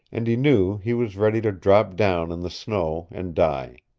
and he knew he was ready to drop down in the snow and die.